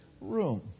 room